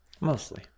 mostly